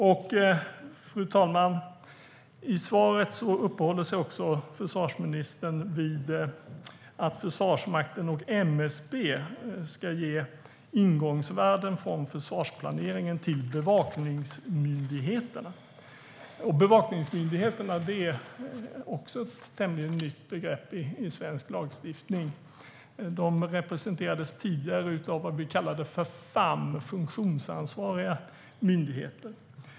Fru talman! I svaret uppehåller sig försvarsministern också vid att Försvarsmakten och MSB ska ge ingångsvärden från försvarsplaneringen till bevakningsmyndigheterna. Bevakningsmyndigheterna är också ett tämligen nytt begrepp i svensk lagstiftning. De representerades tidigare av vad vi kallade för FAM, funktionsansvariga myndigheter.